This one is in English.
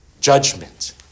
judgment